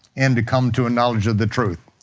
and to come to a knowledge of the truth.